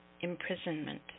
imprisonment